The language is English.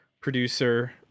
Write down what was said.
producer